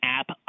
app